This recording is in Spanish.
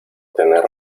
tener